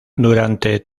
durante